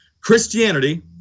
Christianity